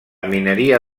mineria